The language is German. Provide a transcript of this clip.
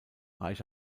reich